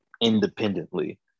independently